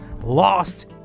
lost